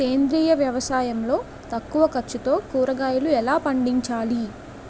సేంద్రీయ వ్యవసాయం లో తక్కువ ఖర్చుతో కూరగాయలు ఎలా పండించాలి?